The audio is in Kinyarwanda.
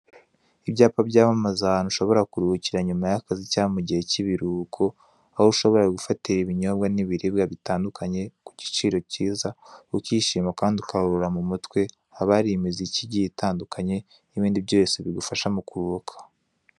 Ibyapa byamamaza ahantu shobora kuruhukira nyuma y'akazi cyangwa mu gihe kibiruhuko, aho ushobora gufatira ibinyobwa n'ibiribwa bitandukanye ku giciro cyiza. Ukishima kandi ukaruhura mu mutwe, haba hari imiziki igiye itandukanye, n'ibindi byose bigufasha mu kuruhuka.